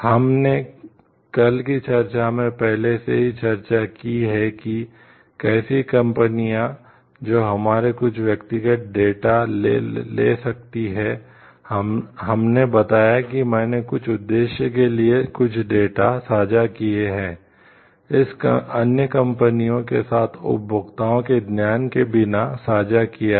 हमने कल की चर्चा में पहले से ही चर्चा की है कि कैसे कंपनियां जो हमारे कुछ व्यक्तिगत डेटा साझा किए हैं इसे अन्य कंपनियों के साथ उपभोक्ताओं के ज्ञान के बिना साझा किया है